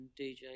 DJ